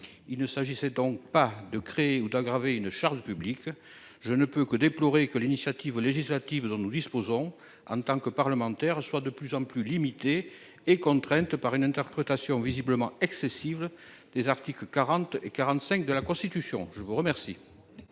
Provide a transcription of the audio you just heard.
Il ne s'agissait donc pas de créer ou d'aggraver une charge publique, je ne peux que déplorer que l'initiative législative dont nous disposons en tant que parlementaire soit de plus en plus limitées et contrainte par une interprétation visiblement excessive des articles 40 et 45 de la Constitution. Je vous remercie.